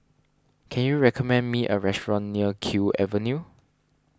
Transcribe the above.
can you recommend me a restaurant near Kew Avenue